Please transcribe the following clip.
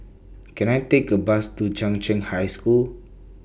Can I Take A Bus to Chung Cheng High School